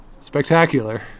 spectacular